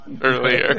earlier